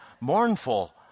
mournful